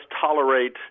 tolerate